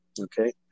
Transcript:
Okay